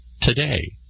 today